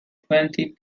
twenty